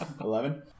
Eleven